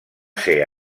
ser